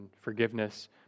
forgiveness